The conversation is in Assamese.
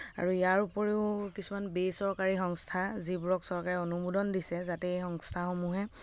আৰু ইয়াৰ উপৰিও কিছুমান বেচৰকাৰী সংস্থা যিবোৰক চৰকাৰে অনুমোদন দিছে যাতে এই সংস্থাসমূহে